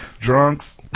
Drunks